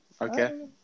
Okay